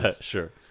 sure